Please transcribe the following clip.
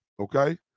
Okay